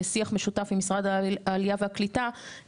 בשיח משותף עם משרד העלייה והקליטה,